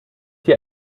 dir